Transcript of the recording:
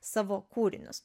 savo kūrinius